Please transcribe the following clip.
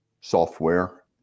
software